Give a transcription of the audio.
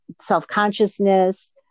self-consciousness